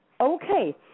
Okay